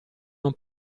non